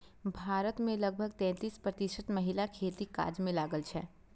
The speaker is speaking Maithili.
भारत मे लगभग तैंतीस प्रतिशत महिला खेतीक काज मे लागल छै